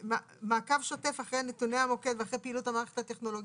ומעקב שוטף אחרי נתוני המוקד ואחרי פעילות המערכת הטכנולוגית,